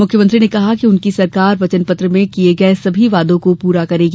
मुख्यमंत्री ने कहा कि उनकी सरकार वचन पत्र में किये गये सभी वादों को पूरा करेगी